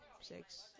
six